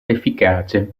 efficace